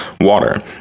water